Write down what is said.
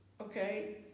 okay